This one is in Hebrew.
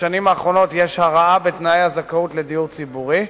בשנים האחרונות יש הרעה בתנאי הזכאות לדיור ציבורי,